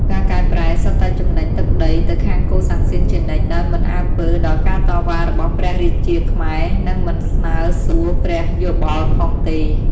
ការកែប្រែ សុទ្ធតែចំណេញទឹកដីទៅខាងកូសាំងស៊ីនជានិច្ច ដោយមិនអើពើដល់ការតវ៉ារបស់ព្រះរាជាខ្មែរ និងមិនស្នើសួរព្រះយោបល់ផងទេ។